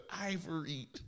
ivory